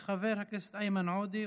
חבר הכנסת איימן עודה,